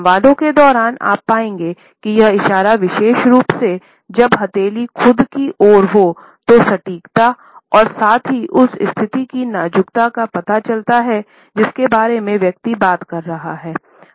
संवादों के दौरान आप पाएंगे कि यह इशारा विशेष रूप से जब हथेली खुद की ओर हो तो सटीकता और साथ ही उस स्थिति की नाजुकता का पता चलता है जिसके बारे में व्यक्ति बात कर रहा है